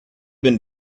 been